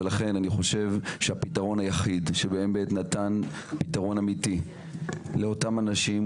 לכן אני חושב שהפתרון היחיד שבאמת נתן פתרון אמיתי לאותם אנשים